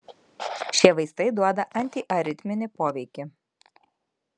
šie vaistai duoda antiaritminį poveikį